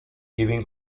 giving